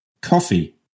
coffee